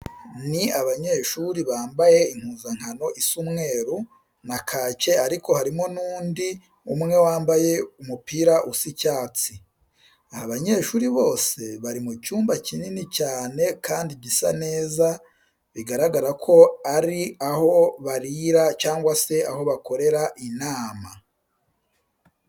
Ni abanyeshuri bambaye impuzankano isa umweru na kake ariko harimo n'undi umwe wambaye umupira usa icyatsi. Aba banyeshuri bose bari mu cyumba kinini cyane kandi gisa neza, biragaragara ko ari aho barira cyangwa se aho bakorera inama.